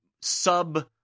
sub